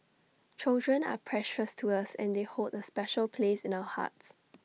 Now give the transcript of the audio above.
children are precious to us and they hold A special place in our hearts